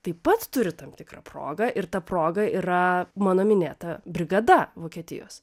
taip pat turi tam tikrą progą ir ta proga yra mano minėta brigada vokietijos